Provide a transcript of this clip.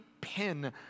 pin